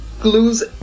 glues